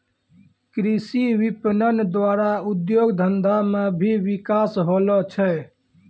कृषि विपणन द्वारा उद्योग धंधा मे भी बिकास होलो छै